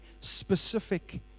specific